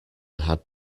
had